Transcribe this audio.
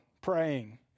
praying